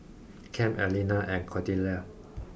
Kem Allena and Cordelia